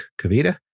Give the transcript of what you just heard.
Kavita